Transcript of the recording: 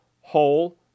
whole